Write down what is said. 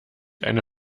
eine